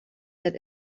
that